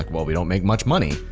like, well, we don't make much money.